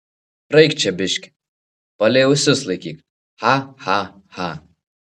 praeik čia biškį palei ausis laikyk cha cha cha